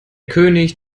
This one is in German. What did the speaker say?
könig